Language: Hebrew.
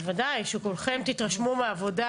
בוודאי, שכולכם תתרשמו מהעבודה